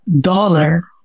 dollar